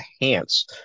enhance